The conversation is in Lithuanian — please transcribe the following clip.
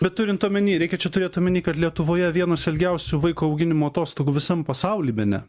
bet turint omeny reikia čia turėt omeny kad lietuvoje vienos ilgiausių vaiko auginimo atostogų visam pasauly bene